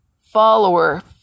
follower